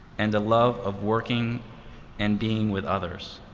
and a love of working and being with others.